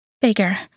bigger